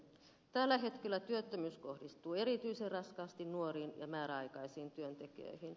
tällä hetkellä työttömyys kohdistuu erityisen raskaasti nuoriin ja määräaikaisiin työntekijöihin